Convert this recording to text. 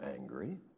angry